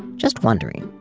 just wondering,